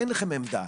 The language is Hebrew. אין לכם עמדה?